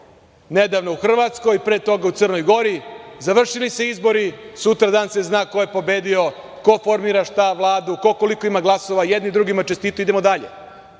nedavno u Hrvatskoj i pre toga u Crnoj Gori - završili se izbori, sutradan se zna ko je pobedio, ko formira Vladu, ko koliko ima glasova, jedni drugima čestitaju, idemo dalje. Toga